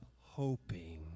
hoping